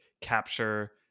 capture